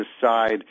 decide –